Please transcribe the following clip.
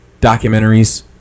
documentaries